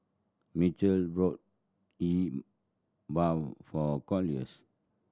Michal bought Yi Bua for Corliss